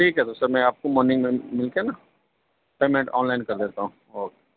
ٹھیک ہے تو سر میں آپ کو مارننگ میں مِل کے نا پیمنٹ آن لائن کر دیتا ہوں اوکے